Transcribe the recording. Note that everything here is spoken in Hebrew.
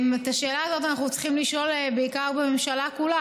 את השאלה הזאת אנחנו צריכים לשאול בעיקר בממשלה כולה,